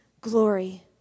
glory